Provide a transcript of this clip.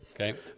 okay